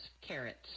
carrots